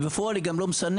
ובפועל היא גם לא מסננת.